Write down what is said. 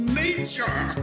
nature